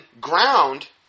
ground